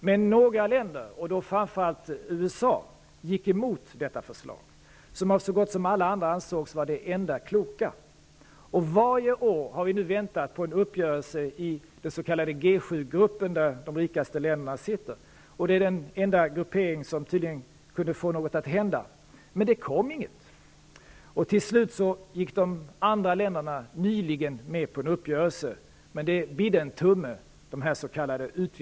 Men några länder och då framför allt USA gick emot detta förslag, som av så gott som alla andra ansågs vara det enda kloka. Varje år har vi nu väntat på en uppgörelse i den s.k. G7-gruppen, där de rikaste länderna är med. Det är den enda gruppering som tydligen kunde få något att hända, men det kom inget. Till slut gick de andra länderna nyligen med på en uppgörelse. Men ''det bidde en tumme'' -- de s.k.